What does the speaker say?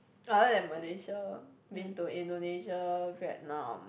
other than Malaysia been to Indonesia Vietnam